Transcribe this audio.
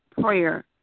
prayer